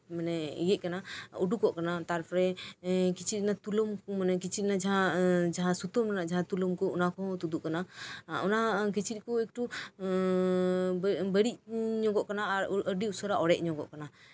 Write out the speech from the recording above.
ᱢᱟᱱᱮ ᱤᱭᱟᱹ ᱩᱰᱩᱠᱚᱜ ᱠᱟᱱᱟ ᱛᱟᱨᱯᱚᱨᱮ ᱠᱤᱪᱨᱤᱪ ᱨᱮᱭᱟᱜ ᱛᱩᱞᱟᱹᱢ ᱠᱤᱪᱨᱤᱪ ᱨᱮᱭᱟ ᱥᱩᱛᱟᱹᱢ ᱠᱚ ᱛᱩᱞᱟᱹᱢ ᱠᱚ ᱚᱱᱟ ᱠᱚᱦᱚᱸ ᱛᱩᱫᱩᱜ ᱠᱟᱱᱟ ᱚᱱᱟ ᱠᱤᱪᱨᱤᱪ ᱠᱚ ᱮᱠᱴᱩ ᱵᱟᱹᱲᱤᱡ ᱧᱚᱜᱚᱜ ᱠᱟᱱᱟ ᱟᱨ ᱟᱹᱰᱤ ᱩᱥᱟᱹᱨᱟ ᱚᱲᱟᱡ ᱧᱚᱜᱚᱜ ᱠᱟᱱᱟ